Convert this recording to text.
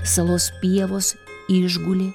salos pievos išgulė